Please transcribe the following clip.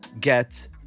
get